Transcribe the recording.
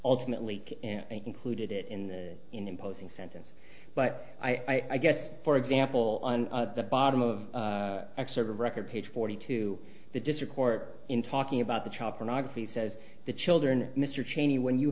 ultimately included it in the in imposing sentence but i guess for example on the bottom of xserve record page forty two the district court in talking about the child pornography says the children mr cheney when you